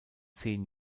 zehn